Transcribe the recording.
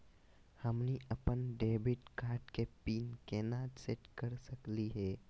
हमनी अपन debit card के पीन केना सेट कर सकली हे?